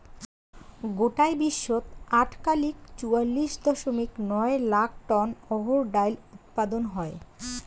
গোটায় বিশ্বত আটকালিক চুয়াল্লিশ দশমিক নয় লাখ টন অহর ডাইল উৎপাদন হয়